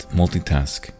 multitask